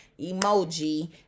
emoji